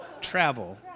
Travel